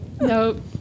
nope